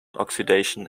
oxidation